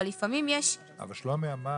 אבל לפעמים יש --- אבל שלומי אמר